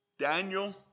Daniel